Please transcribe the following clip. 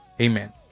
Amen